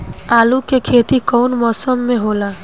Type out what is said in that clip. आलू के खेती कउन मौसम में होला?